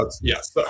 yes